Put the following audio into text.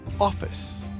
office